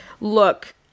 look